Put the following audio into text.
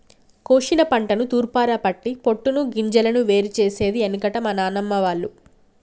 కోశిన పంటను తూర్పారపట్టి పొట్టును గింజలను వేరు చేసేది ఎనుకట మా నానమ్మ వాళ్లు